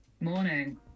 Morning